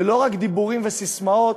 ולא רק דיבורים וססמאות,